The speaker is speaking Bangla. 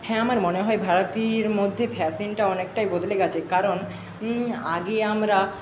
হ্যাঁ আমার মনে হয় ভারতীয়দের মধ্যে ফ্যাশানটা অনেকটাই বদলে গেছে কারণ আগে আমরা